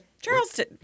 Charleston